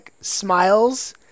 smiles